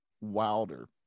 wilder